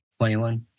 21